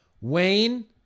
Wayne